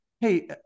Hey